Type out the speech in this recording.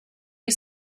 you